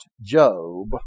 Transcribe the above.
Job